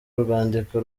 urwandiko